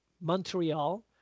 Montreal